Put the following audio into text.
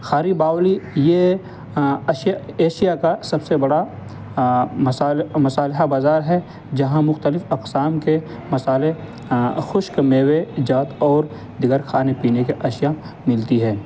خاری باؤلی یہ اشیا ایشیا کا سب سے بڑا مصال مصالحہ بازار ہے جہاں مختلف اقسام کے مصالحے خشک میوے جات اور دیگر کھانے پینے کے اشیاء ملتی ہے